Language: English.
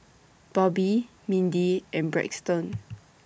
Bobbi Mindi and Braxton